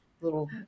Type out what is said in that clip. little